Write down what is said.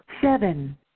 seven